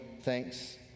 thanks